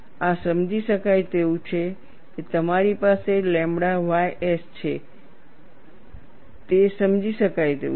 આ સમજી શકાય તેવું છે કે તમારી પાસે લેમ્બડા માં સિગ્મા ys છે તે સમજી શકાય તેવું છે